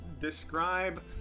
describe